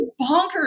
bonkers